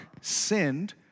sinned